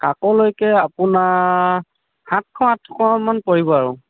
কাক লৈকে আপোনাৰ সাতশ আঠশ মান পৰিব আৰু